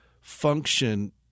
function